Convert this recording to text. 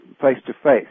face-to-face